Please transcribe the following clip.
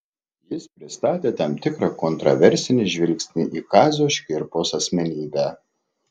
jis pristatė tam tikrą kontraversinį žvilgsnį į kazio škirpos asmenybę